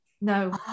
no